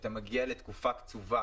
שאתה מגיע לתקופה קצובה,